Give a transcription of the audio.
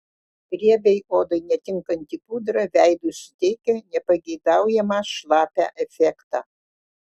riebiai odai netinkanti pudra veidui suteikia nepageidaujamą šlapią efektą